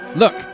Look